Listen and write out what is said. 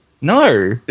No